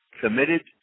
committed